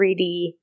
3D